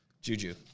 juju